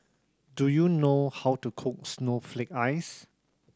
do you know how to cook snowflake ice